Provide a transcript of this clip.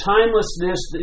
Timelessness